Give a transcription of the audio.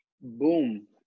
Boom